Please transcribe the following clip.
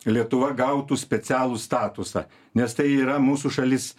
lietuva gautų specialų statusą nes tai yra mūsų šalis